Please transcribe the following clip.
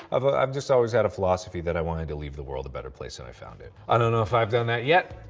i've ah i've just always had the philosophy that i wanted to leave the world a better place than i found it. i don't know if i've done that yet.